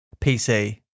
PC